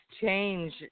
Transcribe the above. change